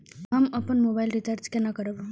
हम अपन mobile recharge केना करब?